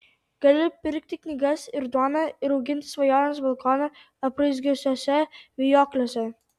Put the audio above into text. gali pirkti knygas ir duoną ir auginti svajones balkoną apraizgiusiuose vijokliuose